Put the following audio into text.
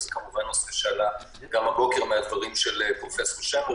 וזה כמובן נושא שעלה גם הבוקר מדברי פרופסור שמר,